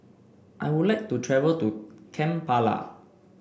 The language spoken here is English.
I would like to travel to Kampala